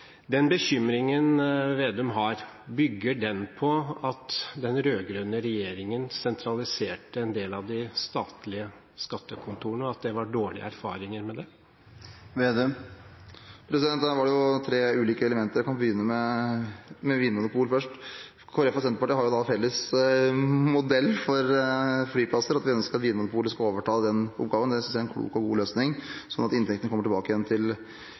Den bekymringen Slagsvold Vedum har, bygger den på at den rød-grønne regjeringen sentraliserte en del av de statlige skattekontorene, og at det var dårlige erfaringer med det? Her var det tre ulike elementer. Jeg kan begynne med Vinmonopolet. Kristelig Folkeparti og Senterpartiet har felles modell for flyplasser, at vi ønsker at Vinmonopolet skal overta den oppgaven. Det synes jeg er en klok og god løsning, slik at inntektene kommer tilbake igjen til